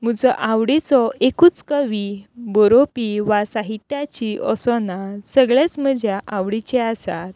म्हुजो आवडिचो एकूच कवी बरोवपी वा साहित्याची असो ना सगळेच म्हजे आवडीचे आसात